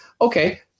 Okay